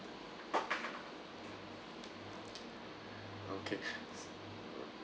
okay